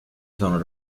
sono